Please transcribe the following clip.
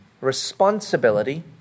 responsibility